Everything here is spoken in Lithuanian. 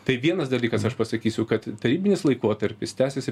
tai vienas dalykas aš pasakysiu kad tarybinis laikotarpis tęsėsi